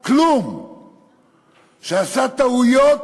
שעשה טעויות